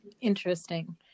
interesting